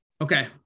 Okay